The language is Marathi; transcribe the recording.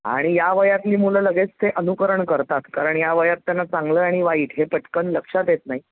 आणि या वयातली मुलं लगेच ते अनुकरण करतात कारण या वयात त्यांना चांगलं आणि वाईट हे पटकन लक्षात येत नाही